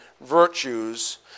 virtues